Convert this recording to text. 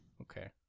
Okay